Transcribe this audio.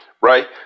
right